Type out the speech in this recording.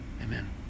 Amen